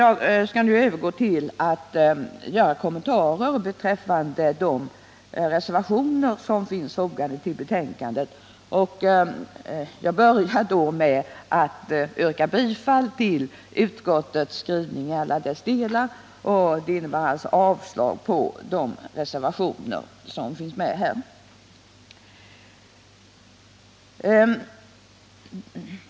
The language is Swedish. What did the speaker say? Jag skall nu övergå till att kommentera de reservationer som finns fogade till betänkandet, och jag börjar då med att yrka bifall till utskottets skrivning i alla delar. Det innebär alltså avslag på de reservationer som avgivits.